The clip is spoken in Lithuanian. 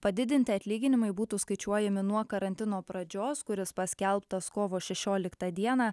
padidinti atlyginimai būtų skaičiuojami nuo karantino pradžios kuris paskelbtas kovo šešioliktą dieną